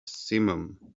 simum